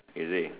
is it